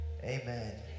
Amen